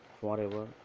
forever